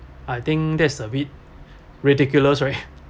I think there's a bit ridiculous right